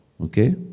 Okay